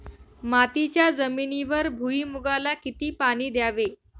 मातीच्या जमिनीवर भुईमूगाला किती पाणी द्यावे?